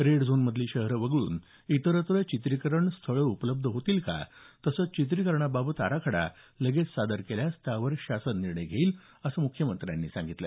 red zones मधली शहरे वगळून इतरत्र चित्रीकरण स्थळं उपलब्ध होतील का तसंच चित्रीकरणाबाबत आराखडा लगेच सादर केल्यास त्यावर शासन निर्णय घेईल असं मुख्यमंत्र्यांनी सांगितलं